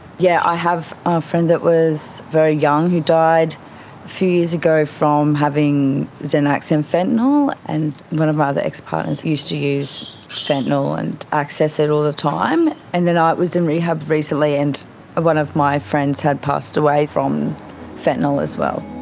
yeah i have a friend who was very young who died a few years ago from having xanax and fentanyl. and one of my other ex-partners used to use fentanyl and access it all the time, and then i was in rehab recently and one of my friends had passed away from fentanyl as well.